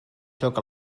joc